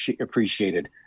appreciated